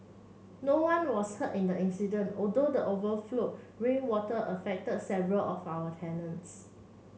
no one was hurt in the incident although the overflowed rainwater affected several of our tenants